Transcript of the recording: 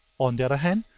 on the other hand,